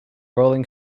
rolling